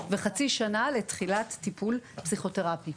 וחצי שנה לתחילת טיפול פסיכותרפי